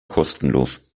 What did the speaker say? kostenlos